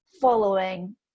following